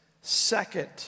second